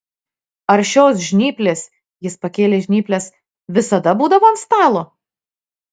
ar šios žnyplės jis pakėlė žnyples visada būdavo ant stalo